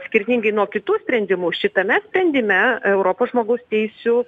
skirtingai nuo kitų sprendimų šitame sprendime europos žmogaus teisių